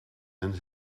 and